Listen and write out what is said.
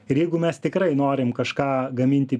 ir jeigu mes tikrai norim kažką gaminti